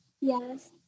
yes